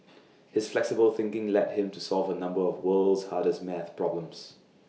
his flexible thinking led him to solve A number of world's hardest math problems